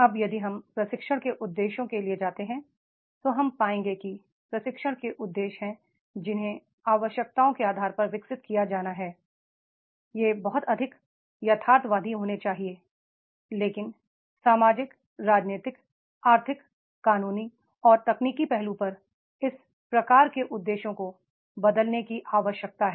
अब यदि हम प्रशिक्षण के उद्देश्यों के लिए जाते हैं तो हम पाएंगे कि यह प्रशिक्षण के उद्देश्य हैं जिन्हें आवश्यकताओं के आधार पर विकसित किया जाना है वे बहुत अधिक यथार्थवादी होने चाहिए लेकिनसामाजिक राजनीतिक आर्थिक कानूनी और तकनीकी पहलुओंपर इस प्रकार के उद्देश्यों को बदलने की आवश्यकता है